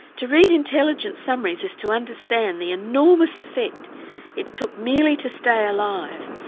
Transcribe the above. to read intelligence summaries is to understand the enormous effect it took merely to stay alive,